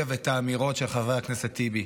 ואת האמירות של חבר הכנסת טיבי,